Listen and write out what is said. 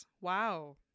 Wow